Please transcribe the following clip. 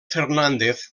fernández